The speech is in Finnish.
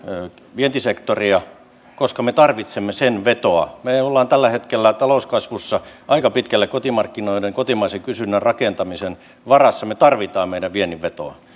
vientisektoria koska me tarvitsemme sen vetoa me olemme tällä hetkellä talouskasvussa aika pitkälle kotimarkkinoiden kotimaisen kysynnän rakentamisen varassa me tarvitsemme meidän viennin vetoa